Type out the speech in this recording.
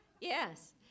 yes